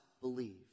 believe